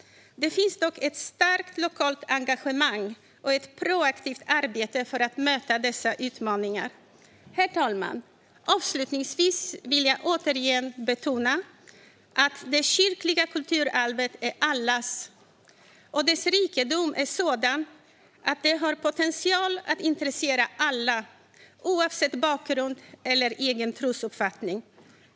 Det finns dock ett starkt lokalt engagemang och ett proaktivt arbete för att möta dessa utmaningar. Herr talman! Avslutningsvis vill jag återigen betona att det kyrkliga kulturarvet är allas och dess rikedom sådan att det har potential att intressera alla, oavsett bakgrund eller egen trosuppfattning.